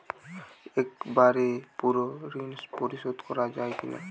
একবারে পুরো ঋণ পরিশোধ করা যায় কি না?